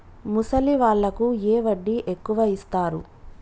ముసలి వాళ్ళకు ఏ వడ్డీ ఎక్కువ ఇస్తారు?